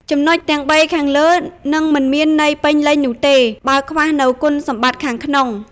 ចំណុចទាំងបីខាងលើ នឹងមិនមានន័យពេញលេញនោះទេ បើខ្វះនូវគុណសម្បត្តិខាងក្នុង។